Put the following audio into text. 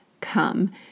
come